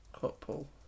couple